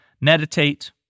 meditate